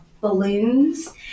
balloons